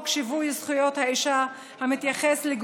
התשי"ט 1959,